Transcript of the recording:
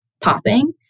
popping